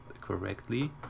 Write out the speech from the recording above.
correctly